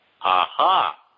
aha